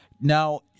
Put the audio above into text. Now